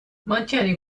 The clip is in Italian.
mantiene